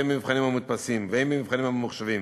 הן במבחנים המודפסים והן במבחנים הממוחשבים,